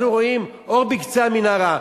אנחנו רואים אור בקצה המנהרה,